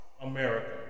America